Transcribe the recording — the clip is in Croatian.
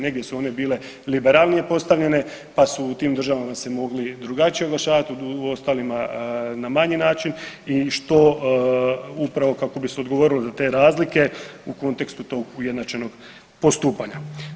Negdje su one bile liberalnije postavljene pa su u tim državama se mogli i drugačije oglašavati, u ostalima na manji način i što upravo kako bi se odgovorilo na te razlike u kontekstu tog ujednačenog postupanja.